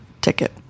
ticket